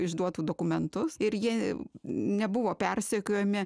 išduotų dokumentus ir jie nebuvo persekiojami